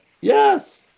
Yes